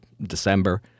December